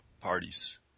parties